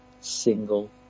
single